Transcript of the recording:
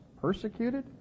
persecuted